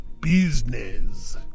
business